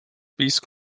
peace